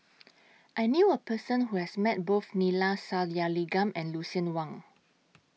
I knew A Person Who has Met Both Neila Sathyalingam and Lucien Wang